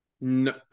No